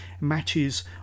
matches